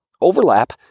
Overlap